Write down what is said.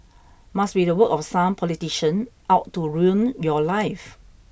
must be the work of some politician out to ruin your life